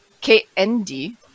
K-N-D